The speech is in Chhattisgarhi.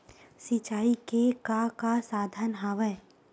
सिंचाई के का का साधन हवय?